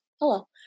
Hello